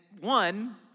one